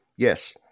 Yes